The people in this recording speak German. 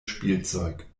spielzeug